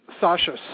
Sasha